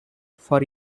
for